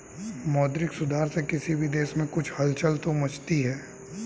मौद्रिक सुधार से किसी भी देश में कुछ हलचल तो मचती है